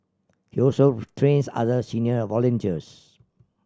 he also trains other senior volunteers